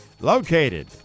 located